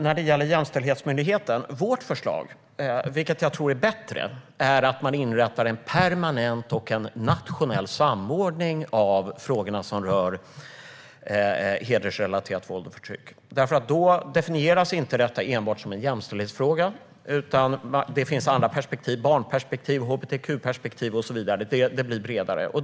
När det gäller jämställdhetsmyndigheten är vårt förslag, vilket jag tror är bättre, att man ska inrätta en permanent och nationell samordning av frågor som rör hedersrelaterat våld och förtryck. Då definieras det inte enbart som en jämställdhetsfråga. Det finns andra perspektiv - barnperspektiv, hbtq-perspektiv och så vidare. Det blir bredare.